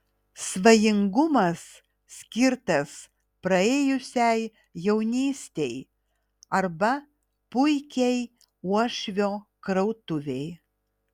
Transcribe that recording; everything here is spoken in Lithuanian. svajingumas skirtas praėjusiai jaunystei arba puikiai uošvio krautuvei